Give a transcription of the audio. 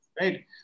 right